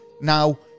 Now